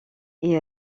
est